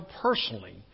personally